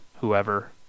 whoever